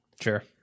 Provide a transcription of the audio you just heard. Sure